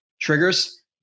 Triggers